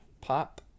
pop